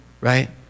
right